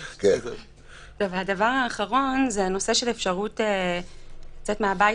הדבר האחרון הוא נושא האפשרות לצאת מהבית